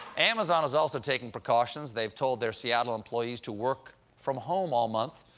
amazon is also taking precautions. they've told their seattle employees to work from home all month.